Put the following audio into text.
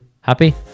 Happy